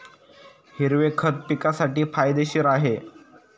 हिरवे खत पिकासाठी फायदेशीर आहे